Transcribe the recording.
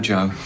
Joe